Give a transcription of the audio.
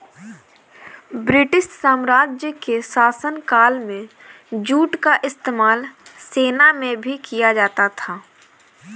British साम्राज्य के शासनकाल में जूट का इस्तेमाल सेना में भी किया जाता था